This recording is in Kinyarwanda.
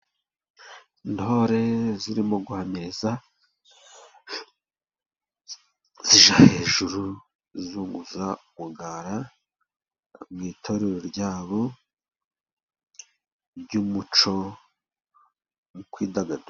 Intore zirimo guhamiriza zijya hejuru zizunguza umugara, mu itorero ryabo ry'umuco wo kwidagadura.